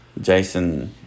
Jason